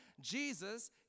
Jesus